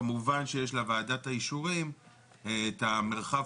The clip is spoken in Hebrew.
כמובן שיש לוועדת האישורים את מרחב